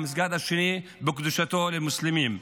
המסגד השני בקדושתו למוסלמים,